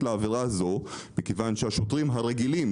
לעבירה הזו מכיוון שהשוטרים הרגילים,